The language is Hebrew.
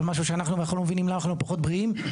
ואנחנו לא מבינים למה אנחנו פחות בריאים,